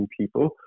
people